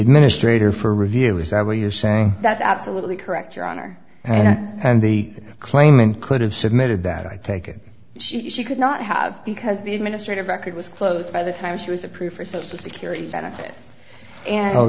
administrator for review is that were you saying that's absolutely correct your honor and the claimant could have submitted that i take it she she could not have because the administrative record was closed by the time she was approved for social security benefits and